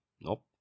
Nope